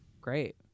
Great